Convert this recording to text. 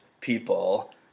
people